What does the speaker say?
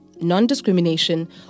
non-discrimination